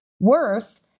Worse